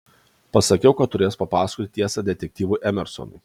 pasakiau kad turės papasakoti tiesą detektyvui emersonui